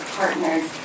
partners